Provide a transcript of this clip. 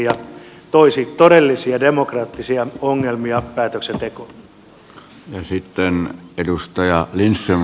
se toisi todellisia demokraattisia ongelmia päätöksentekoon